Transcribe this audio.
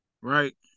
right